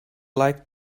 like